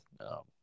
No